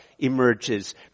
emerges